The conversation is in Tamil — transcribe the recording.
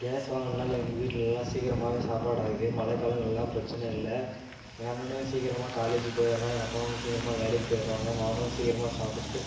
கேஸ் வாங்கினதுனால எங்கள் வீட்லெலாம் சீக்கிரமாகவே சாப்பாடு ஆகுது மழை காலங்களெலாம் பிரச்சின இல்லை எங்கள் அண்ணனும் சீக்கிரமாக காலேஜு போயிடுறான் எங்கள் அப்பாவும் சீக்கிரமாக வேலைக்கு போயிடுறாங்க நானும் சீக்கிரமாக சாப்பிட்டுட்டு